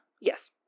Yes